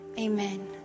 amen